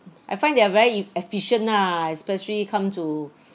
I find they are very ef~ efficient ah especially come to